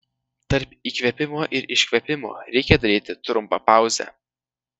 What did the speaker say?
tarp įkvėpimo ir iškvėpimo reikia daryti trumpą pauzę